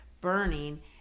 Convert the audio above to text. burning